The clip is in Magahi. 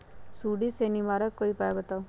सुडी से निवारक कोई उपाय बताऊँ?